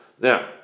Now